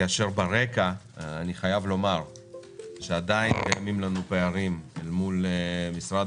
ברקע אני חייב לומר שעדיין יש לנו פערים מול משרד